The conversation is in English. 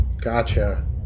gotcha